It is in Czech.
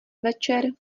večer